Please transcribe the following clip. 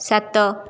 ସାତ